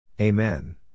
Amen